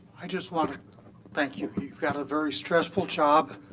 i just want to thank you. you've got a very stressful job.